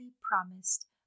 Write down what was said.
promised